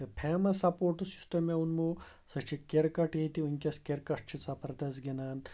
تہٕ famous sports یُس تۄہہِ مےٚ ووٚنمو سۄ چھِ کِرکَٹ ییٚتہِ وٕنۍکٮ۪س کِرکَٹ چھُ زبردَس گِںٛدان